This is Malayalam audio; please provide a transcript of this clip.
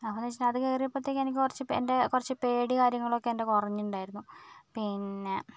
അങ്ങനെ വെച്ചിട്ടുണ്ടേൽ അത് കയറിയപ്പോഴത്തേക്ക് എനിക്ക് കുറച്ച് എൻറ്റെ കുറച്ച് പേടി കാര്യങ്ങൾ ഒക്കേ എൻറ്റെ കുറഞ്ഞിട്ടുണ്ടായിരുന്നു പിന്നേ